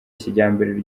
kijyambere